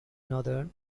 northern